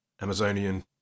Amazonian